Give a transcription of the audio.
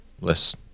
less